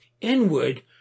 inward